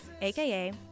aka